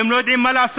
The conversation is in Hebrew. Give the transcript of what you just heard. והם לא יודעים מה לעשות.